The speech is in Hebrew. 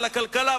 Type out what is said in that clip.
לכלכלה,